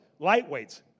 lightweights